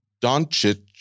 Doncic